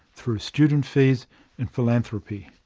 through student fees and philanthropy.